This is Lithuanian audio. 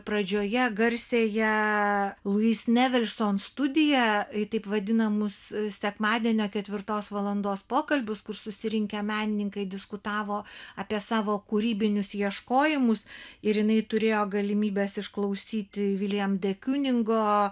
pradžioje garsiąją luis nevilson studiją taip vadinamus sekmadienio ketvirtos valandos pokalbius kur susirinkę menininkai diskutavo apie savo kūrybinius ieškojimus ir jinai turėjo galimybes išklausyti viljam de kiuningo